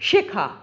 শেখা